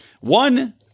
One